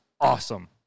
awesome